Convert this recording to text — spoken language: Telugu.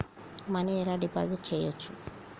మనీ ఎలా డిపాజిట్ చేయచ్చు?